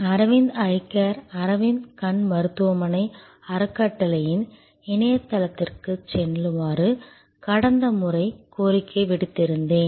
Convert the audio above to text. Aravind eye care Aravind கண் மருத்துவமனை அறக்கட்டளையின் இணையதளத்திற்குச் செல்லுமாறு கடந்த முறை கோரிக்கை விடுத்திருந்தேன்